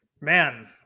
Man